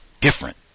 different